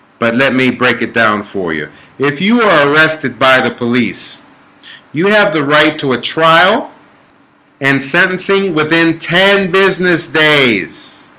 but let me break it down for you if you are arrested by the police you have the right to a trial and sentencing within ten business days